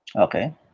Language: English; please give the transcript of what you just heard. Okay